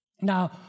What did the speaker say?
Now